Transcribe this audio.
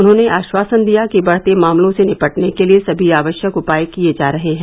उन्होंने आश्वासन दिया कि बढ़ते मामलों से निपटने के लिए समी आवश्यक उपाए किए जा रहे हैं